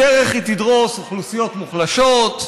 בדרך היא תדרוס אוכלוסיות מוחלשות,